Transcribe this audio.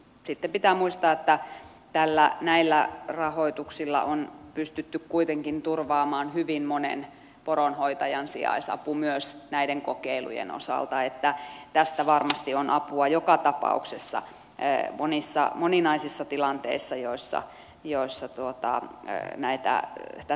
sitten pitää muistaa että näillä rahoituksilla on pystytty kuitenkin turvaamaan hyvin monen poronhoitajan sijaisapu myös näiden kokeilujen osalta niin että tästä varmasti on apua joka tapauksessa moninaisissa tilanteissa joissa tätä apua tarvitaan